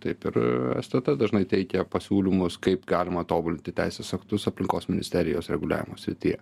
taip ir stt dažnai teikia pasiūlymus kaip galima tobulinti teisės aktus aplinkos ministerijos reguliavimo srityje